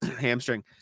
Hamstring